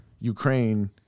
Ukraine